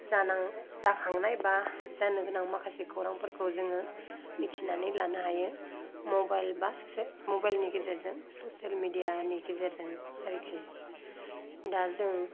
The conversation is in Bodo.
जानां जाखांनाय बा जानो गोनां माखासे खौरांफोरखौ जोङो मिथिनानै लानो हायो मबाइल बा मबाइलनि गेजेरजों ससियेल मिडियानि गेजेरजों आरोखि दा जों